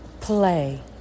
play